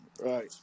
right